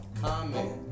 Comment